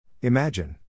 Imagine